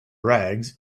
rags